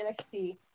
NXT